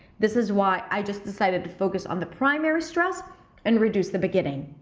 this is why i just decided to focus on the primary stress and reduce the beginning.